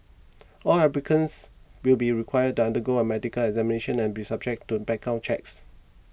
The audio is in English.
all applicants will be required down to undergo a medical examination and be subject to background checks